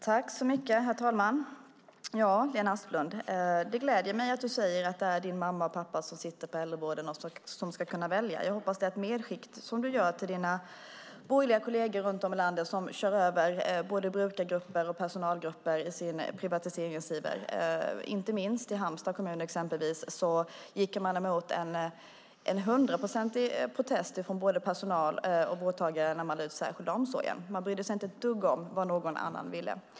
Herr talman! Det gläder mig att du säger att det är din mamma och pappa som sitter på äldreboenden och ska kunna välja, Lena Asplund. Jag hoppas att det är ett medskick du gör till dina borgerliga kolleger runt om i landet som kör över både brukargrupper och personalgrupper i sin privatiseringsiver. Inte minst i exempelvis Halmstads kommun gick man emot en hundraprocentig protest från både personal och vårdtagare när man lade ut den särskilda omsorgen. Man brydde sig inte ett dugg om vad någon annan ville.